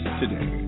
today